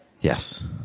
yes